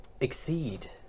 exceed